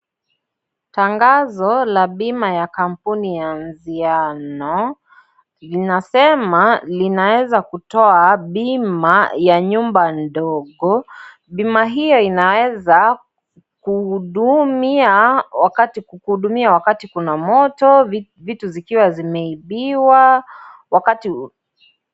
Tangazo la bima ya kampuni ya Anziano linasema linaweza kutoa bima ya nyumba ndogo. Bima hiyo inaweza kuhudumia wakati kuna moto, vitu zikiwa zimeibiwa.